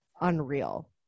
unreal